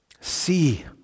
See